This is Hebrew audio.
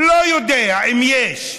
לא יודע אם יש,